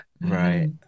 right